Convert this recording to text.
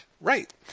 right